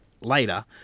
later